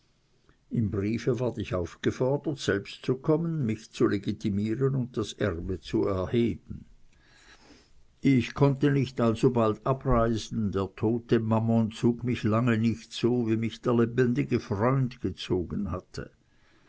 im briefe ward ich aufgefordert selbst zu kommen mich zu legitimieren und das erbe zu erheben ich konnte nicht alsobald abreisen der tote mammon zog mich lange nicht so wie mich der lebendige freund gezogen hatte